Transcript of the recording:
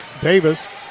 Davis